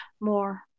more